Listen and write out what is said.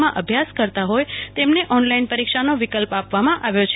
માં અભ્યાસ કરતા હોય તેમને ઓનલાઈન પરીક્ષાનો વિકલ્પ આપવામાં આવ્યો છે